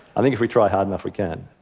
i think if we try hard enough we can.